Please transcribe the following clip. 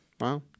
Wow